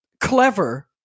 clever